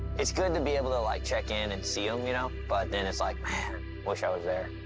it's good to be able to like check in and see em, you know? but then it's like, man, i wish i was there.